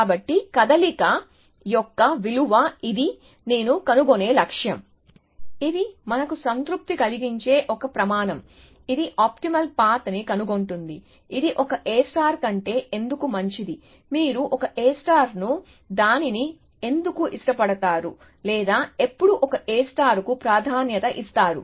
కాబట్టి కదలిక యొక్క విలువ ఇది నేను కనుగొనే లక్ష్యం ఇది మనకు సంతృప్తి కలిగించే ఒక ప్రమాణం ఇది ఆప్టిమల్ పాత్ ని కనుగొంటుంది ఇది ఒక A కంటే ఎందుకు మంచిది మీరు ఒక A ను దానిని ఎందుకు ఇష్టపడతారు లేదా ఎప్పుడు ఒక A కు ప్రాధాన్యత ఇస్తారు